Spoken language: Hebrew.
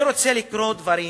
אני רוצה לקרוא דברים